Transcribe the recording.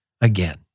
Again